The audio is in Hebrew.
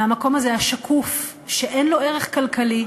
מהמקום השקוף שאין לו ערך כלכלי,